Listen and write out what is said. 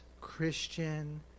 Christian